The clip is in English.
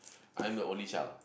I'm the only child